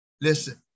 Listen